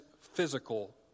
physical